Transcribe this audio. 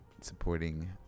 supporting